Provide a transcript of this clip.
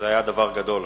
זה היה דבר גדול.